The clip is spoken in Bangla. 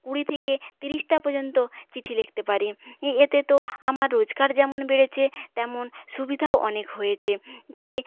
কুড়ি থিকে তিরিশটা পর্যন্ত চিঠি লিখতে পারি এ এতে তো আমার রোজকার যেমন বেড়েছে তেমন সুবিধাও অনেক হয়েছে তাই